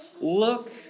look